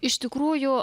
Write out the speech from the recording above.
iš tikrųjų